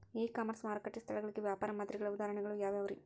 E commerce ಮಾರುಕಟ್ಟೆ ಸ್ಥಳಗಳಿಗೆ ವ್ಯಾಪಾರ ಮಾದರಿಗಳ ಉದಾಹರಣೆಗಳು ಯಾವವುರೇ?